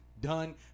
done